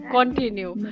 Continue